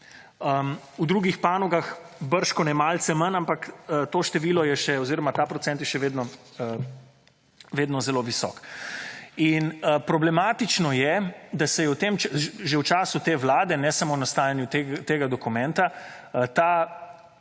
V drugih panogah bržkone malce manj, ampak, to število je še oziroma ta procent je še vedno zelo visok. In, problematično je, da se je v tem, že v času te Vlade, ne samo nastajanju tega dokumenta, ta